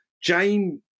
Jane